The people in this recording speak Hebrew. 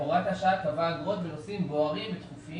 הוראת השעה קבעה אגרות בנושאים בוערים ודחופים